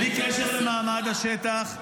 בלי קשר למעמד השטח,